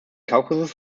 kaukasus